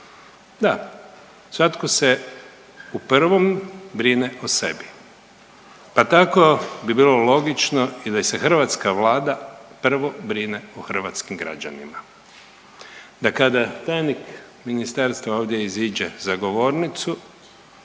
Da, svatko se u prvom brine o sebi, pa tako bi bilo logično i da se hrvatska Vlada prvo brine o hrvatskim građanima. Da kada tajnik ministarstva ovdje iziđe za govornicu